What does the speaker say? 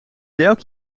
welk